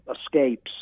escapes